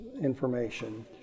information